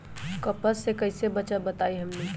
कपस से कईसे बचब बताई हमनी के?